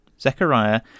Zechariah